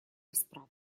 расправ